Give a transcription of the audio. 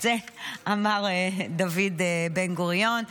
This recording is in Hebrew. את זה אמר דוד בן-גוריון.